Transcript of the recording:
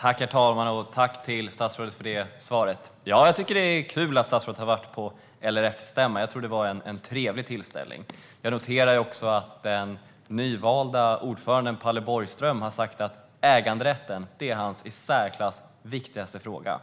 Herr talman! Tack, statsrådet, för svaret! Jag tycker att det är kul att statsrådet har varit på LRF:s stämma - jag tror att det var en trevlig tillställning. Jag har noterat att den nyvalde ordföranden Palle Borgström sagt att äganderätten är hans i särklass viktigaste fråga.